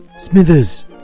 Smithers